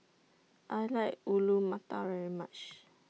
I like Alu Matar very much